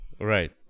Right